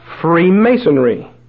Freemasonry